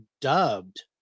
dubbed